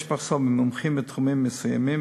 יש מחסור ברופאים בתחומים מסוימים,